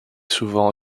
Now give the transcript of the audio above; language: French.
souvent